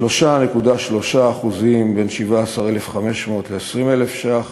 3.3% בין 17,5000 ל-20,000 ש"ח,